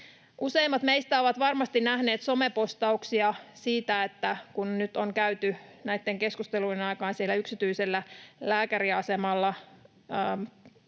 Useimmat meistä ovat varmasti nähneet somepostauksia siitä, kun nyt on käyty näitten keskustelujen aikaan siellä yksityisellä lääkäriasemalla